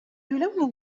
لون